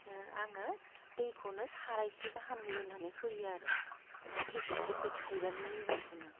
आङो दैखौनो सारायसे गाहाम लुनानै होयो आरो फेकेटसे बे थाइबानि मेगिखौनो